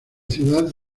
ciudad